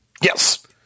Yes